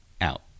out